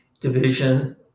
division